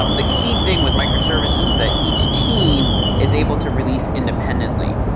um the key thing with microservices is that each team is able to release independently.